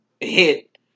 hit